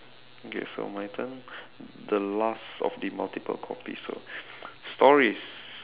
okay so my turn the last of this multiple copies stories